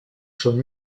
són